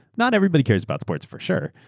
not everybody cares about sports for sure,